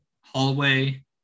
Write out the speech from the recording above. hallway